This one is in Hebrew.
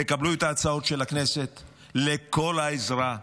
תקבלו את ההצעות של הכנסת לכל העזרה,